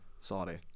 Sorry